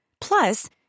Plus